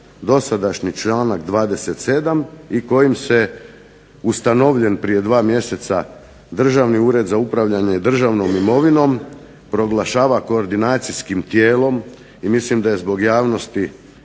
dosadašnji članak 27. i kojim se ustanovljen prije dva mjeseca Državni ured za upravljanje državnom imovinom proglašava koordinacijskim tijelom i mislim da je zbog javnosti